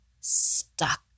stuck